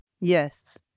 yes